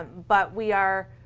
but we are